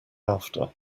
after